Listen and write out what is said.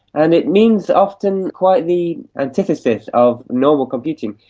and it means often quite the antithesis of normal computing,